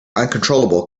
uncontrollable